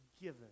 given